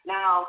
Now